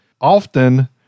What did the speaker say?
Often